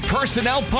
Personnel